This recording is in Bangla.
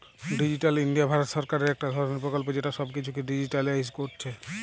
ডিজিটাল ইন্ডিয়া ভারত সরকারের একটা ধরণের প্রকল্প যেটা সব কিছুকে ডিজিটালিসড কোরছে